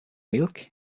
milk